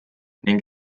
ning